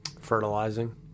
Fertilizing